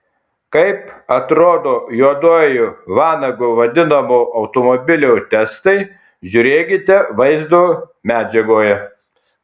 kaip atrodo juoduoju vanagu vadinamo automobilio testai žiūrėkite vaizdo medžiagoje